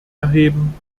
erheben